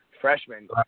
freshman